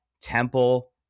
Temple